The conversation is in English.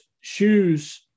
shoes